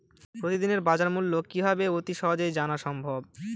প্রতিদিনের বাজারমূল্য কিভাবে অতি সহজেই জানা সম্ভব?